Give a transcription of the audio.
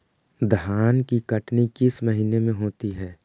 धान की कटनी किस महीने में होती है?